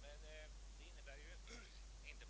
med den ekonomiska politiken.